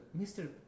Mr